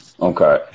Okay